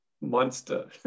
monster